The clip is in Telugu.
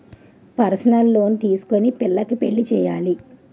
పర్సనల్ లోను తీసుకొని పిల్లకు పెళ్లి చేయాలి